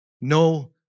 no